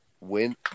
win